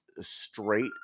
straight